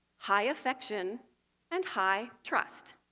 high affection and high trust.